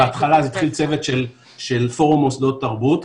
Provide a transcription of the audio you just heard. בהתחלה זה היה צוות של פורום מוסדות תרבות,